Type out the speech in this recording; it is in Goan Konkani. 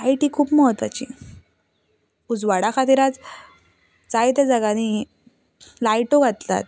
लायट ही खूब म्हत्वाची उजवाडा खातीर आयज जायत्या जाग्यांनी लायटो घातलात